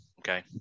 okay